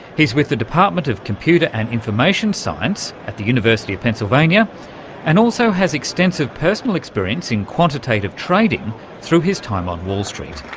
he's with the department of computer and information science at the university of pennsylvania and also has extensive personal experience in quantitative trading through his time on wall street.